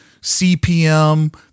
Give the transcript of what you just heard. CPM